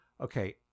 Okay